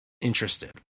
interested